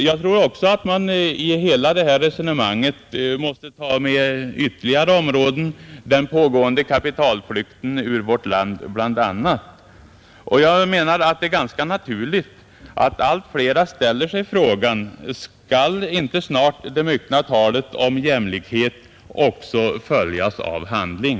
Jag tror också att man i hela detta resonemang måste ta med ytterligare områden, bl.a. den pågående kapitalflykten ur vårt land. Det är ganska naturligt att allt fler ställer sig frågan: Skall inte snart det myckna talet om jämlikhet också följas av handling?